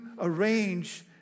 arrange